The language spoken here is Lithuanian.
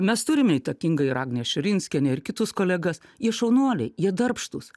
mes turime įtakinga ir agnę širinskienę ir kitus kolegas jie šaunuoliai jie darbštūs